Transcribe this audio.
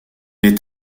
est